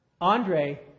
Andre